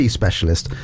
specialist